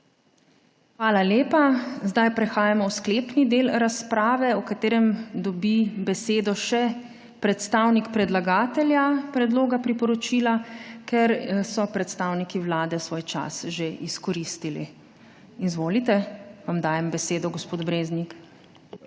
Hvala lepa. Zdaj prehajamo v sklepni del razprave, v katerem dobi besedo še predstavnik predlagatelja predloga priporočila, ker so predstavniki Vlade svoj čas že izkoristili. Izvolite, vam dajem besedo, gospod Breznik.